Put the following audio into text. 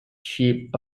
sheep